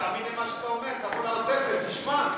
תאמין למה שאתה אומר, תבוא, תשמע.